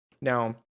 Now